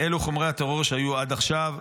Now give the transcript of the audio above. אלה חומרי הטרור שהיו עד עכשיו,